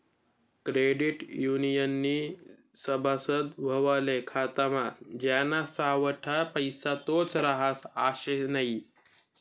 credit युनियननं सभासद व्हवाले खातामा ज्याना सावठा पैसा तोच रहास आशे नै